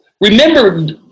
Remember